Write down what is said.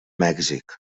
mèxic